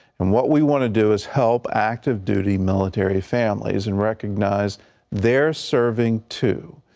and what we wanna do is help active duty military families and recognize they're serving too.